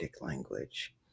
language